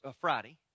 Friday